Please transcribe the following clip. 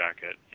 jacket